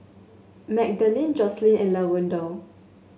Magdalene Jocelynn and Lavonda